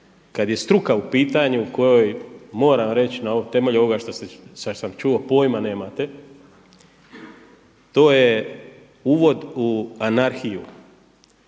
kada je struka u pitanju kojoj moram reći na temelju ovoga što sam čuo pojma nemate. To je uvod u anarhiju,